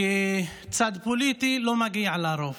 כצד פוליטי לא מגיע לה לרוב.